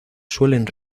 suelen